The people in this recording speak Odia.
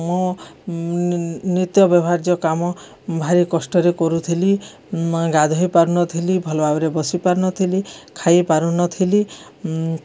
ମୁଁ ମୁଁ ନିତ୍ୟ ବ୍ୟବହାର୍ଯ୍ୟ କାମ ଭାରି କଷ୍ଟରେ କରୁଥିଲି ଗାଧୋଇ ପାରୁନଥିଲି ଭଲ ଭାବରେ ବସିପାରୁନଥିଲି ଖାଇପାରୁନଥିଲି